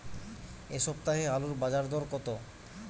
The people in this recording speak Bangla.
এ সপ্তাহে আলুর বাজার দর কত?